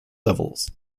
levels